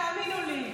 תאמינו לי.